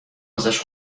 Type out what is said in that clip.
ازش